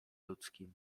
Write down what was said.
ludzkim